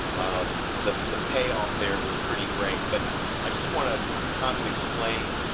ah the the payoff there was pretty great, but i just want to kind of explain,